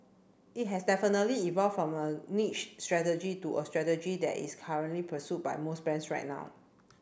it has definitely evolved from a niche strategy to a strategy that is currently pursued by most brands right now